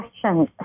question